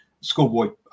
Schoolboy